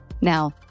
Now